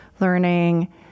learning